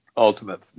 Ultimate